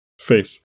face